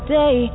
day